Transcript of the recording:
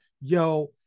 yo